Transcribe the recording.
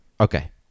Okay